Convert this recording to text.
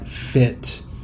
Fit